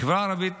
החברה הערבית